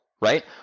right